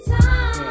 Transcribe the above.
time